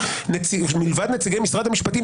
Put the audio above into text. כשמלבד נציגי משרד המשפטים,